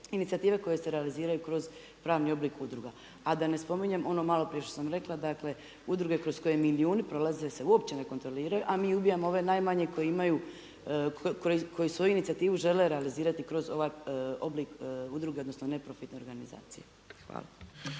inicijative koje se realiziraju kroz pravni oblik udruga. A da ne spominjem ono maloprije što sam rekla, dakle udruge kroz koje milijuni prolaze se uopće ne kontroliraju a mi ubijamo ove najmanje koje imaju, koje svoju inicijativu žele realizirati kroz ovaj oblik udruge, odnosno neprofitne organizacije.